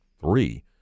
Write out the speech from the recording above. three